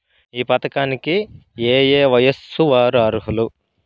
ఈ పథకానికి ఏయే వయస్సు వారు అర్హులు?